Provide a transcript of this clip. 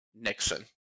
Nixon